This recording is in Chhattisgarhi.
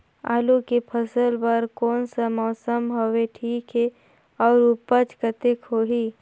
आलू के फसल बर कोन सा मौसम हवे ठीक हे अउर ऊपज कतेक होही?